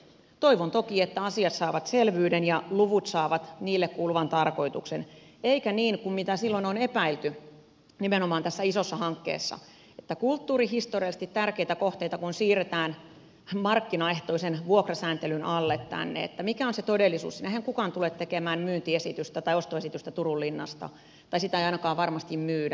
toivon toki että asiat saavat selvyyden ja luvut saavat niille kuuluvan tarkoituksen eikä ole niin kuin silloin on epäilty nimenomaan tässä isossa hankkeessa että kun kulttuurihistoriallisesti tärkeitä kohteita siirretään tänne markkinaehtoisen vuokrasääntelyn alle niin mikä on se todellisuus siinä eihän kukaan tule tekemään myyntiesitystä tai ostoesitystä turun linnasta tai sitä ei ainakaan varmasti myydä